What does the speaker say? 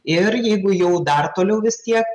ir jeigu jau dar toliau vis tiek